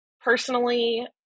personally